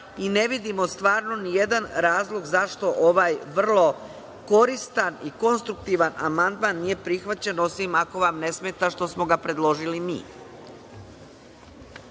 i ne vidimo stvarno nijedan razlog zašto ovaj vrlo koristan i konstruktivan amandman nije prihvaćen, osim ako vam ne smeta što smo ga predložili mi?